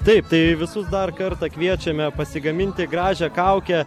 taip tai visus dar kartą kviečiame pasigaminti gražią kaukę